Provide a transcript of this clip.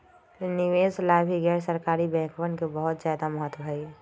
निवेश ला भी गैर सरकारी बैंकवन के बहुत ज्यादा महत्व हई